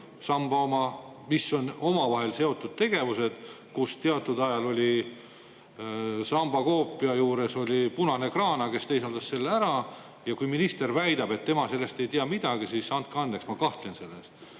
– need on omavahel seotud tegevused –, kus teatud ajal oli samba koopia juures punane kraana, mis teisaldas selle ära. Ja kui minister väidab, et tema sellest ei tea midagi, siis andke andeks, ma kahtlen selles.